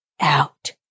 out